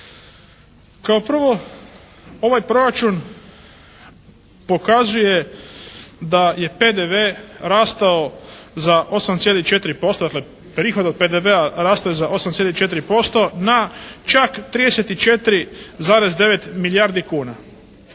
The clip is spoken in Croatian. Kao prvo ovaj proračun pokazuje da je PDV rastao za 8,4% dakle prihod od PDV-a rastao je za 8,4% na čak 34,9 milijardi kuna.